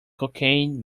cocaine